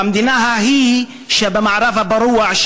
במדינה ההיא שבמערב הפרוע,